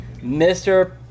Mr